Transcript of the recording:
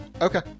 okay